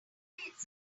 dumplings